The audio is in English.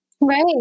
Right